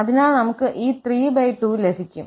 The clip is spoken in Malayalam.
അതിനാൽ നമുക്ക് ഈ 32 ലഭിക്കും